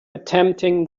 attempting